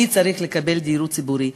מי צריך לקבל דיור ציבורי.